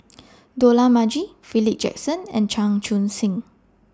Dollah Majid Philip Jackson and Chan Chun Sing